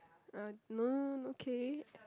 uh no okay